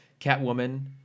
Catwoman